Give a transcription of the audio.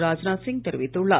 ராஜ்நாத் சிங் தெரிவித்துள்ளார்